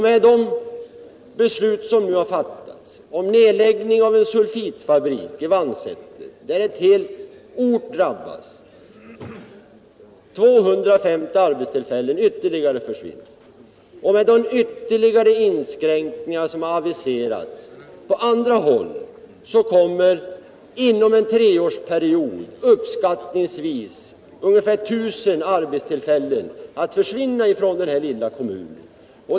Med de beslut som nu har fattats om nedläggning av en sulfitfabrik i Vagnsäter, där en hel ort drabbas och ytterligare 250 arbetstillfällen försvinner, och med de ytterligare inskränkningar som har aviserats på andra håll kommer inom en treårsperiod uppskattningsvis 1 000 arbetstillfällen att försvinna från denna lilla kommun.